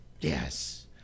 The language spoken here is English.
Yes